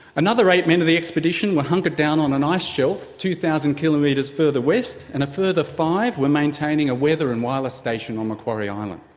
another eight men in the expedition were hunkered down on an ice shelf two thousand kilometres further west, and a further five were maintaining a weather and wireless station on macquarie island.